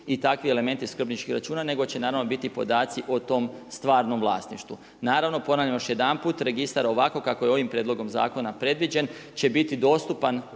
i takvi elementi skrbničkih računa nego će naravno biti podaci o tom stvarnom vlasništvu. Naravno, ponavljam još jedanput, registar ovako kako je ovim prijedlogom zakona predviđen će biti dostupan